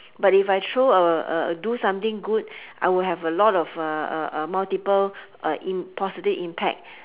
but if I throw uh uh do something good I will have a lot of uh uh uh multiple uh im~ positive impact